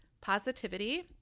positivity